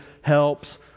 helps